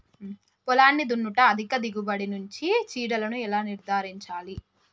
పొలాన్ని దున్నుట అధిక దిగుబడి నుండి చీడలను ఎలా నిర్ధారించాలి?